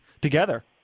together